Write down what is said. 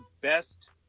best